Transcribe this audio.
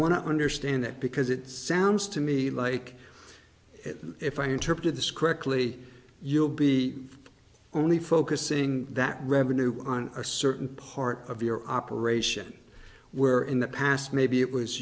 want to understand that because it sounds to me like if i interpreted this correctly you'll be only focusing that revenue on a certain part of your operation where in the past maybe it was